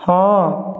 ହଁ